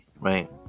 Right